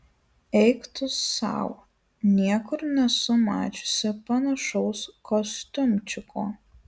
eik tu sau niekur nesu mačiusi panašaus kostiumčiko